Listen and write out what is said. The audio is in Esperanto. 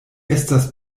estas